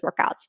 workouts